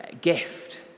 gift